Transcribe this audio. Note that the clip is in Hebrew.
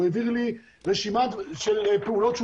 הוא העביר לי רשימה של פעולות שהוא